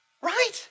Right